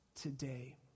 today